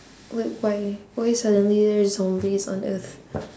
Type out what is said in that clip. wait why why suddenly there're zombies on earth